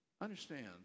understand